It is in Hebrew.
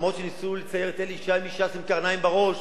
אף-על-פי שניסו לצייר את אלי ישי מש"ס עם קרניים בראש